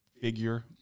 figure